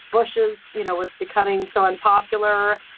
bush's you know was becoming so unpopular.